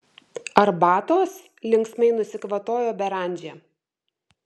arbatos linksmai nusikvatojo beranžė